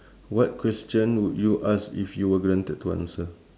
what question would you ask if you were guaranteed to answer